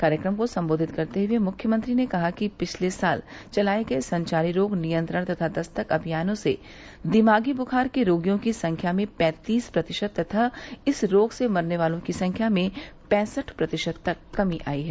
कार्यक्रम को सम्बोधित करते हुए मुख्यमंत्री ने कहा कि पिछले साल चलाये गये संचारी रोग नियंत्रण तथा दस्तक अभियानों से दिमागी दुखार के रोगियों की संख्या में पैंतीस प्रतिशत तथा इस रोग से मरने वालों की संख्या में पैंसठ प्रतिशत तक कमी आयी है